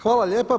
Hvala lijepa.